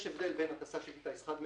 יש הבדל בין הטסה של כלי טיס חד מנועי,